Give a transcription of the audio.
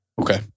Okay